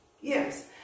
Yes